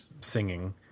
singing